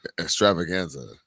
Extravaganza